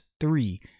three